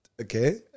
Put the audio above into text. Okay